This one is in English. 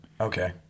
Okay